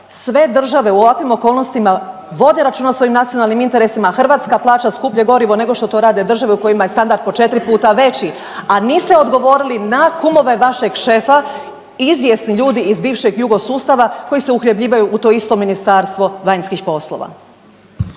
sve države u ovakvim okolnostima vode računa o svojim nacionalnim interesima, a Hrvatska plaća skuplje gorivo nego što to rade države u kojima je standard po četiri puta veći, a niste odgovorili na kumove vašeg šefa, izvjesni ljudi iz bivšeg jugo sustava koji se uhljebljivaju u to isto Ministarstvo vanjskih poslova.